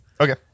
Okay